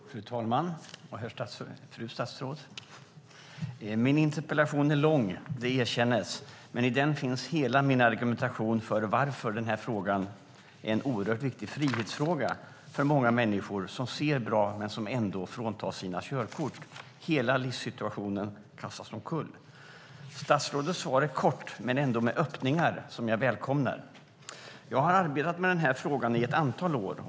Fru talman och fru statsråd! Min interpellation är lång, det erkännes. Men i den finns hela min argumentation för varför den här frågan är en oerhört viktig frihetsfråga för många människor som ser bra men som ändå fråntas sina körkort. Hela livssituationen kastas omkull. Statsrådets svar är kort men ändå med öppningar, som jag välkomnar. Jag har arbetat med denna fråga i ett antal år.